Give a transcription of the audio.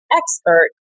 expert